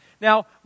Now